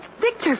Victor